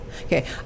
okay